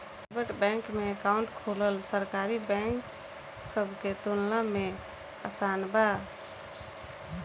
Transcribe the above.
private bank में account खोलल सरकारी बैंक सब के तुलना में आसान बा